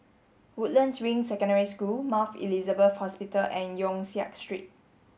Woodlands Ring Secondary School Mount Elizabeth Hospital and Yong Siak Street